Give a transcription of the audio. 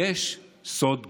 יש סוד גדול.